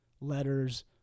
letters